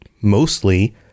mostly